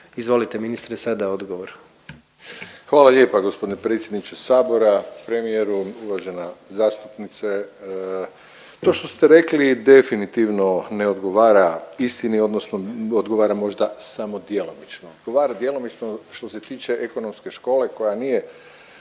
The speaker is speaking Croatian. Izvolite ministre sada odgovor. **Fuchs, Radovan (HDZ)** Hvala lijepa g. predsjedniče sabora, premijeru. Uvažena zastupnice, to što ste rekli definitivno ne odgovara istini odnosno odgovara možda samo djelomično, odgovara djelomično što se tiče ekonomske škole koja nije